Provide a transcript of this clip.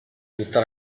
tutta